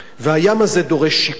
והים הזה דורש שיקום.